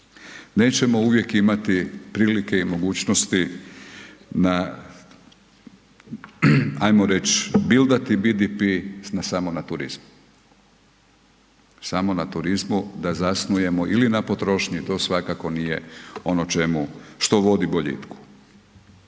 Nećemo uvijek imati prilike i mogućnosti na ajmo reć, bildati BDP samo na turizmu. Samo na turizmu da zasnujemo ili na potrošnji, to svakako nije ono čemu što vodi boljitku.